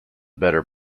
better